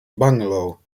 bungalow